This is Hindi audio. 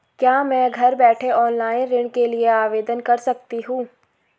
क्या मैं घर बैठे ऑनलाइन ऋण के लिए आवेदन कर सकती हूँ?